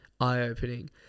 eye-opening